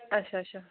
अच्छा अच्छा